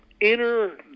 inner